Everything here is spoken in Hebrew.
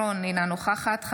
אינה נוכחת שלי טל מירון,